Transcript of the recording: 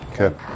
Okay